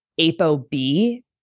ApoB